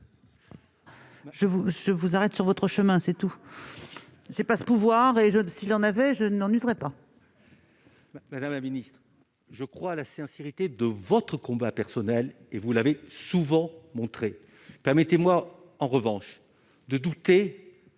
je vous arrête sur votre chemin, c'est tout, c'est pas ce pouvoir et les autres s'il en avait, je n'en n'userait pas. Madame la Ministre je crois à la sincérité de votre combat personnel et vous l'avez souvent montré, permettez-moi, en revanche, de douter